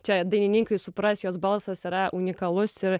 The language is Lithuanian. čia daininkai supras jos balsas yra unikalus ir